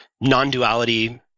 Non-duality